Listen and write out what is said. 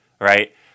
Right